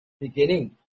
beginning